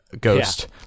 ghost